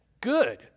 Good